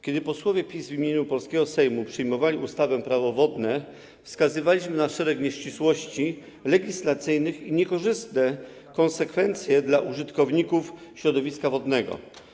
Kiedy posłowie PiS w imieniu polskiego Sejmu przyjmowali ustawę Prawo wodne, wskazywaliśmy na szereg nieścisłości legislacyjnych i niekorzystne konsekwencje dla użytkowników środowiska wodnego.